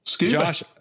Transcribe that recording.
josh